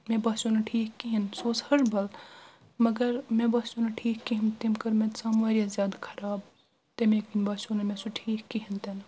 مےٚ باسیو نہٕ ٹھیٖک کہیٖنۍ سُہ اوس ۂربل مگر مےٚ باسیو نہٕ ٹھیٖک کِہِنۍ تیٚمۍ کٔر مےٚ ژم واریاہ زیادٕ خراب تمے کِنۍ باسیو نہٕ مےٚ سُہ ٹھیٖک کہیٖنۍ تہِ نہٕ